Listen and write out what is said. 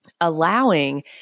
Allowing